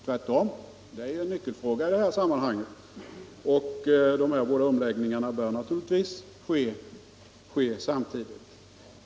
Tvärtom — det är en nyckelfråga i detta sammanhang och dessa båda omläggningar bör naturligtvis ske samtidigt.